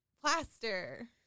Plaster